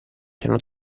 piano